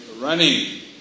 running